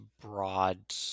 broad